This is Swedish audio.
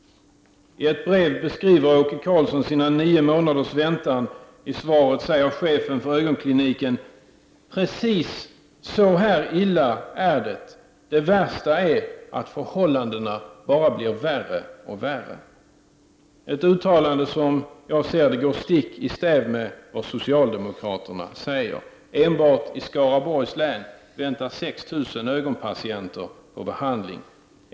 I ett brev beskriver Åke Karlsson sina nio månaders väntan. I svaret säger chefen för ögonkliniken: Precis så här illa är det. Det värsta är att förhållandena bara blir värre och värre. Det är ett uttalande som enligt min mening går stick i stäv med vad socialdemokraterna säger. Enbart i Skaraborgs län väntar 6 000 ögonpatienter på behandling.